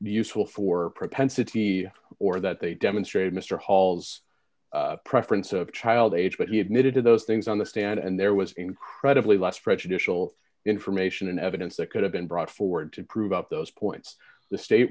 useful for propensity or that they demonstrate mr hall's preference of child age but he admitted to those things on the stand and there was incredibly less prejudicial information and evidence that could have been brought forward to prove out those points the state